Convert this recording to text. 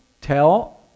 tell